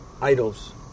idols